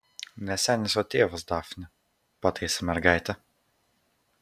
ne senis o tėvas dafne pataisė mergaitę